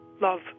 Love